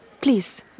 Please